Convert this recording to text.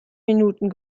minuten